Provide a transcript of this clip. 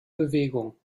bewegung